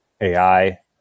AI